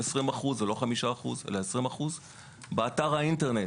זה 20% ולא 5%. באתר האינטרנט